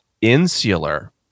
insular